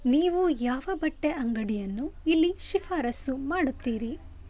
ನೀವು ಯಾವ ಬಟ್ಟೆ ಅಂಗಡಿಯನ್ನು ಇಲ್ಲಿ ಶಿಫಾರಸ್ಸು ಮಾಡುತ್ತೀರಿ